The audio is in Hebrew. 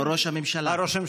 ראש הממשלה.